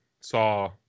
saw